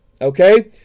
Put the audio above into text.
okay